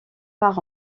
par